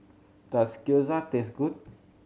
does Gyoza taste good